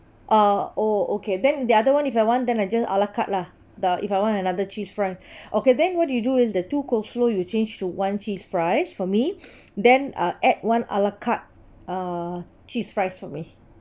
ah oh okay then the other one if I want then I just ala carte lah the if I want another cheese fries okay then what you do is the two coleslaw you change to one cheese fries for me then uh add one ala carte uh cheese fries for me